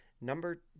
number